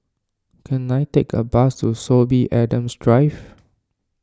can I take a bus to Sorby Adams Drive